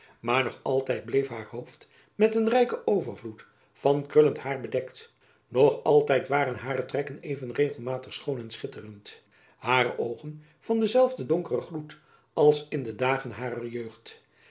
maar nog altijd bleef haar hoofd met een rijken overvloed van krullend hair bedekt nog altijd waren hare trekken even regelmatig schoon en schitterend hare oogen van denzelfden donkeren gloed als in de dagen harer jeugd